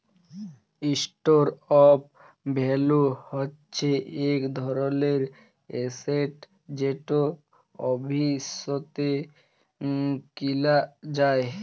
store of value হচ্যে ইক ধরলের এসেট যেট ভবিষ্যতে কিলা যায়